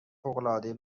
فوقالعادهای